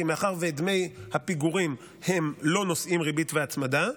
כי מאחר שדמי הפיגורים לא נושאים ריבית והצמדה,